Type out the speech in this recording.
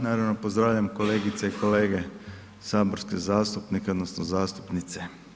Naravno, pozdravljam kolegice i kolege saborske zastupnike, odnosno zastupnice.